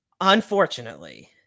unfortunately